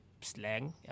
slang